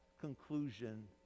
conclusion